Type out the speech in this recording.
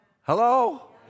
Hello